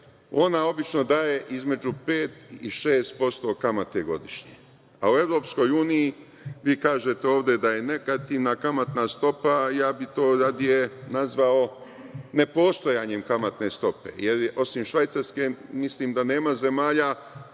ona obično daje između 5% i 6% kamate godišnje. A, u EU, vi kažete ovde da je negativna kamatna stopa, a ja bih to radije nazvao nepostojanjem kamatne stope, jer osim Švajcarske, mislim da nema zemalja